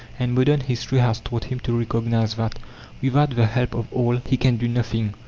and modern history has taught him to recognize that, without the help of all, he can do nothing,